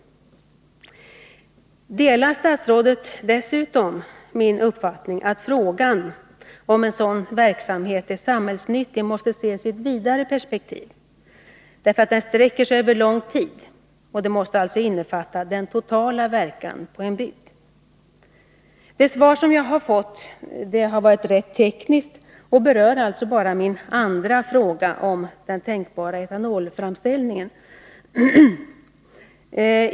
Delar statsrådet dessutom min uppfattning att frågan om huruvida en sådan verksamhet är samhällsnyttig måste ses i ett vidare perspektiv? Det gäller ju en lång tidsperiod, och man måste ta hänsyn till den totala verkan på en bygd. Det svar som jag har fått är tekniskt och berör bara min andra fråga, dvs. frågan om den tänkta etanolframställningen.